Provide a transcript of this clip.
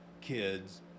kids